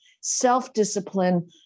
self-discipline